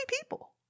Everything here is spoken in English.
people